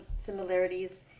similarities